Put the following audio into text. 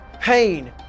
pain